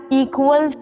equal